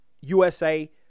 USA